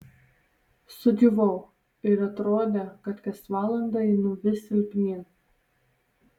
sudžiūvau ir atrodė kad kas valandą einu vis silpnyn